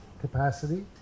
capacity